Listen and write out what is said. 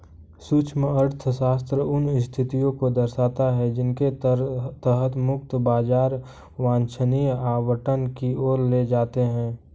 सूक्ष्म अर्थशास्त्र उन स्थितियों को दर्शाता है जिनके तहत मुक्त बाजार वांछनीय आवंटन की ओर ले जाते हैं